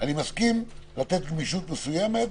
אני מסכים לתת גמישות מסוימת,